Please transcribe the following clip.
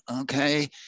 okay